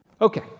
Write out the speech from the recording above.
Okay